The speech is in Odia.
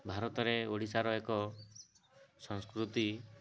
ଭାରତରେ ଓଡ଼ିଶାର ଏକ ସଂସ୍କୃତି